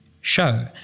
show